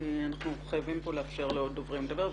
אני רוצה לאפשר לעוד דוברים לדבר.